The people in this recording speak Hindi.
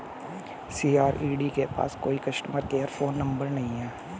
सी.आर.ई.डी के पास कोई कस्टमर केयर फोन नंबर नहीं है